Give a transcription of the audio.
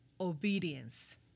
obedience